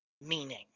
meaning